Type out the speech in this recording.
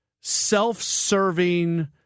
self-serving